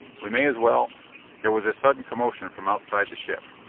we may as well there was a sudden commotion from outside the ship.